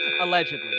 Allegedly